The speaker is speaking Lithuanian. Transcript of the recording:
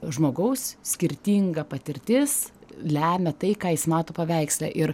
žmogaus skirtinga patirtis lemia tai ką jis mato paveiksle ir